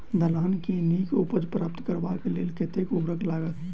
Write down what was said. दलहन केँ नीक उपज प्राप्त करबाक लेल कतेक उर्वरक लागत?